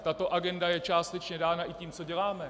Tato agenda je částečně dána i tím, co děláme.